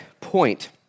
point